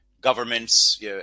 governments